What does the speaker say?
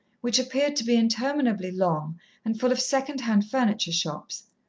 which appeared to be interminably long and full of second-hand furniture shops.